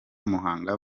muhanga